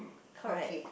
correct